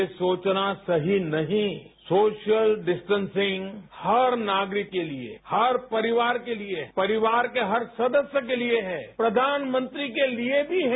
ये सोचना सही नहीं सोशल डिस्टेंसिंग हर नागरिक के लिए हर परिवार के लिए परिवार के हर सदस्य के लिए है प्रधानमंत्री के लिए भी है